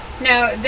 no